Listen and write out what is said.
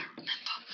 remember